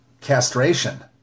castration